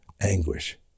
anguish